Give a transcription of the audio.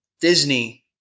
Disney